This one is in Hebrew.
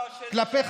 לא,